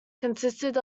consisted